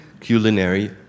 culinary